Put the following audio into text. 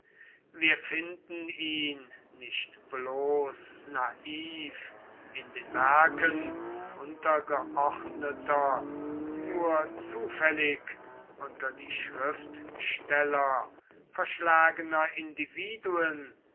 wir finden ihn nicht bloß naiv in den werken untergeordneter nur zufällig unter die schriftsteller verschlagener individuen